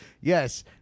yes